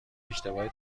اشتباه